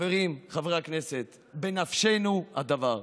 חבריי חברי הכנסת, בנפשנו הדבר.